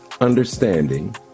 understanding